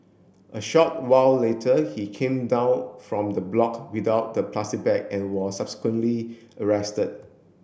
a short while later he came down from the block without the plastic bag and was subsequently arrested